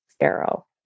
arrow